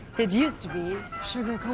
it used to be sugar